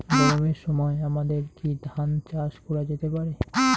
গরমের সময় আমাদের কি ধান চাষ করা যেতে পারি?